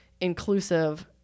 inclusive